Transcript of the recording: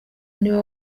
niwe